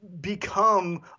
become